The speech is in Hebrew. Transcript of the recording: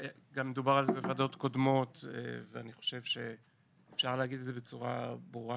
גם דובר על זה בוועדות קודמות ואני חושב שאפשר להגיד את זה בצורה ברורה